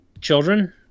children